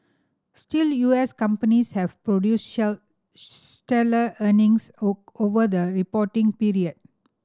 still U S companies have produced stellar earnings over the reporting period